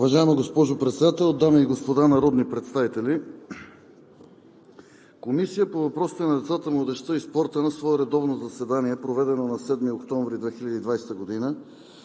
Уважаема госпожо Председател, дами и господа народни представители! „Комисията по въпросите на децата, младежта и спорта на свое редовно заседание, проведено на 7 октомври 2020 г.,